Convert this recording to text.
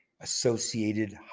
associated